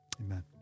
Amen